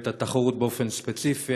ואת התחרות באופן ספציפי?